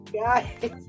guys